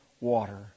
water